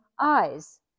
eyes